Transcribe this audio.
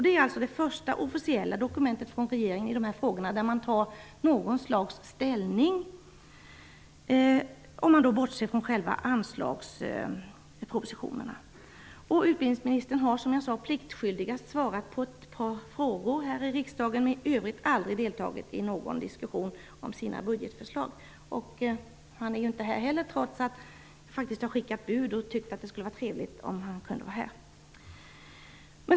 Den är det första officiella dokument från regeringen i dessa frågor där man tar någon slags ställning, om man bortser från själva anslagen. Utbildningsministern har pliktskyldigast besvarat ett par frågor i riksdagen men i övrigt aldrig deltagit i någon diskussion om sina budgetförslag. Han är inte här nu heller, trots att jag faktiskt har skickat bud och sagt att det vore trevligt om han kunde vara här.